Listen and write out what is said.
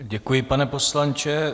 Děkuji, pane poslanče.